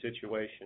situation